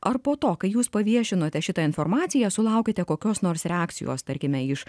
ar po to kai jūs paviešinote šitą informaciją sulaukėte kokios nors reakcijos tarkime iš